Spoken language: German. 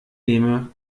nehme